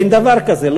"אין דבר כזה",